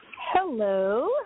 Hello